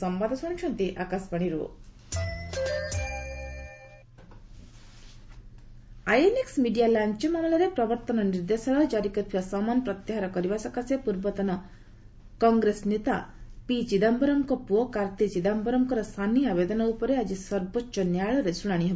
SC Karti INX media ଲାଞ୍ଚ ମାମଲାରେ ପ୍ରବର୍ତ୍ତନ ନିର୍ଦ୍ଦେଶାଳୟ ଜାରି କରିଥିବା ସମନ ପ୍ରତ୍ୟାହାର କରିବା ସକାଶେ ପୂର୍ବତନ କଂଗ୍ରେସ ନେତା ପିଚିଦାୟରମ୍ଙ୍କ ପୁଅ କାର୍ତ୍ତି ଚିଦାୟରମ୍ଙ୍କର ସାନି ଆବେଦନ ଉପରେ ଆକି ସର୍ବୋଚ୍ଚ ନ୍ୟାୟାଳୟରେ ଶୁଣାଣି ହେବ